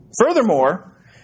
Furthermore